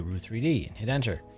u three d and hit enter.